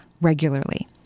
regularly